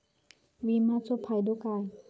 विमाचो फायदो काय?